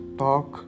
talk